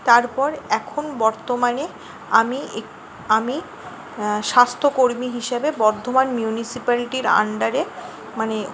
তারপর এখন বর্তমানে আমি একট আমি স্বাস্থ্যকর্মী হিসেবে বর্ধমান মিউনিসিপ্যালিটির আন্ডারে মানে